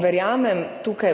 verjamem